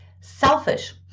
selfish